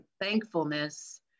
thankfulness